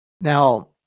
Now